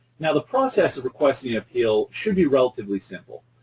now the process of requesting appeal should be relatively simple.